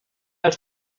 els